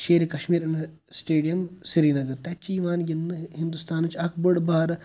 شیرِ Kashmir stadium Srinagar تَتہِ چھِ یِوان گِنٛدنہٕ ہِنٛدُستانٕچ اَکھ بٔڑ بارٕ